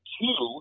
two